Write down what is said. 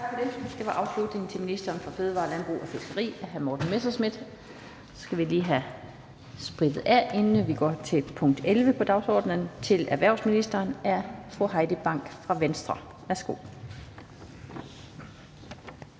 Tak for det. Det var afslutningen i forhold til ministeren for fødevarer, landbrug og fiskeri og hr. Morten Messerschmidt. Så skal vi lige have sprittet af, inden vi går til punkt 11 på dagsordenen, og det er et spørgsmål til erhvervsministeren af fru Heidi Bank fra Venstre. Kl.